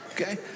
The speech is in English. okay